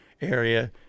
area